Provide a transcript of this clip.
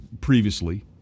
previously